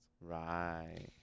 Right